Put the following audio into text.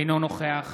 אינו נוכח